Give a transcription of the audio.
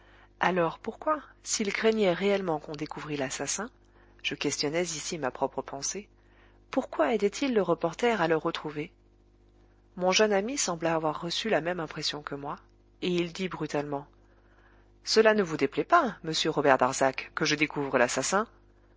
alors pourquoi s'il craignait réellement qu'on découvrît l'assassin je questionnais ici ma propre pensée pourquoi aidait il le reporter à le retrouver mon jeune ami sembla avoir reçu la même impression que moi et il dit brutalement cela ne vous déplaît pas monsieur robert darzac que je découvre l'assassin